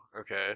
okay